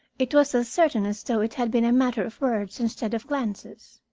it was as certain as though it had been a matter of words instead of glances.